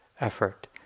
effort